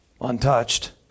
untouched